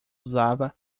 usava